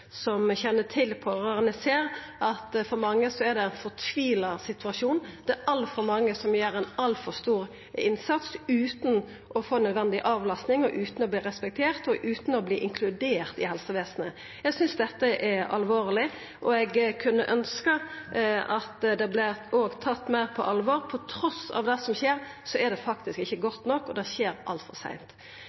kjenner til pårørande, ser at det for mange er ein fortvilt situasjon. Det er altfor mange som gjer ein altfor stor innsats utan å få nødvendig avlasting, utan å verta respekterte og utan å verta inkluderte i helsevesenet. Eg synest dette er alvorleg, og eg kunne ønskja at det òg vert tatt meir på alvor. Trass i det som skjer, er det faktisk ikkje godt nok, og det skjer altfor seint.